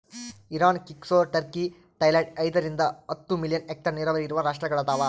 Iran ಕ್ಸಿಕೊ Turkey Thailand ಐದರಿಂದ ಹತ್ತು ಮಿಲಿಯನ್ ಹೆಕ್ಟೇರ್ ನೀರಾವರಿ ಇರುವ ರಾಷ್ಟ್ರಗಳದವ